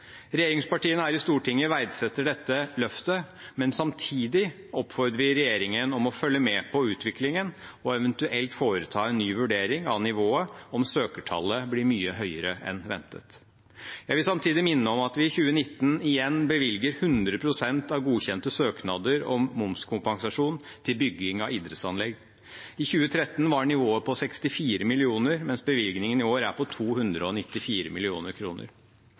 Regjeringspartiene her i Stortinget verdsetter dette løftet, men samtidig oppfordrer vi regjeringen til å følge med på utviklingen og eventuelt foreta en ny vurdering av nivået om søkertallet blir mye høyere enn ventet. Jeg vil samtidig minne om at vi i 2019 igjen bevilger 100 pst. av godkjente søknader om momskompensasjon til bygging av idrettsanlegg. I 2013 var nivået på 64 mill. kr, mens bevilgningen i år er på 294